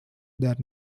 that